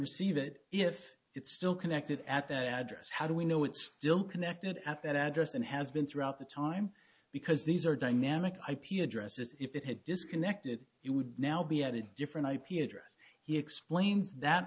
receive it if it's still connected at that address how do we know it's still connected at that address and has been throughout the time because these are dynamic ip addresses if it had disconnected it would now be at a different ip address he explains that